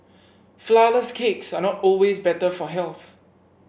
flourless cakes are not always better for health